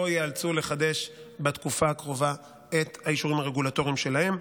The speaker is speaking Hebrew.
ייאלצו לחדש בתקופה הקרובה את האישורים הרגולטוריים שלהם.